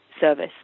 service